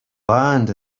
land